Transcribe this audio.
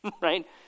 right